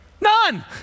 None